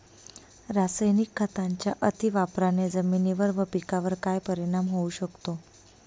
रासायनिक खतांच्या अतिवापराने जमिनीवर व पिकावर काय परिणाम होऊ शकतो?